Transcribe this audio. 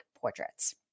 portraits